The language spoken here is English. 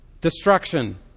destruction